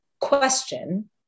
question